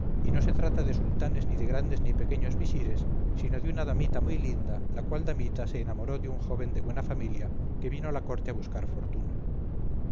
y no se trata de sultanes ni de grandes ni pequeños visires sino de una damita muy linda la cual damita se enamoró de un joven de buena familia que vino a la corte a buscar fortuna